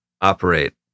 operate